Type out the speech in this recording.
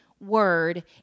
word